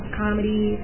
comedy